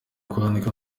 kwandika